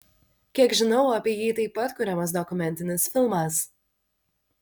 kiek žinau apie jį taip pat kuriamas dokumentinis filmas